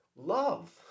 Love